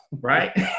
Right